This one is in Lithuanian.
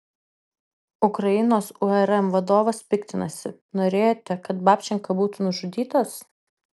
ukrainos urm vadovas piktinasi norėjote kad babčenka būtų nužudytas